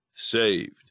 saved